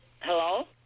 Hello